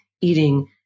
eating